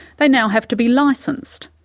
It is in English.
they now have to be licensed,